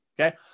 okay